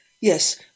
Yes